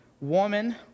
woman